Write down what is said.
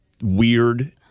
weird